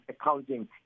accounting